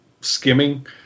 skimming